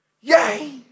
Yay